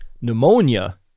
pneumonia